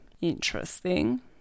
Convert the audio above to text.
Interesting